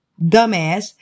dumbass